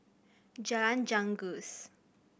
Jalan Janggus